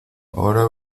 ahora